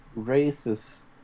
racist